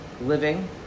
living